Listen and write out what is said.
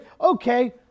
Okay